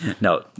No